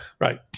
right